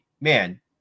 Man